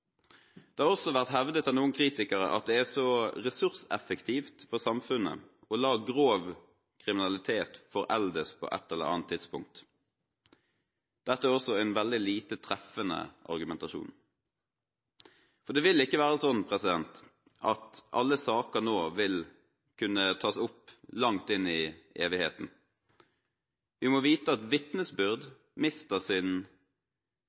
Det har også vært hevdet av noen kritikere at det er ressurseffektivt for samfunnet å la grov kriminalitet foreldes på et eller annet tidspunkt. Dette er også en veldig lite treffende argumentasjon, for det vil ikke være slik at alle saker nå vil kunne tas opp – langt inn i evigheten. Vi må vite at vitnesbyrd mister sin